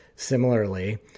Similarly